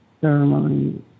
ceremony